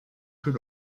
plus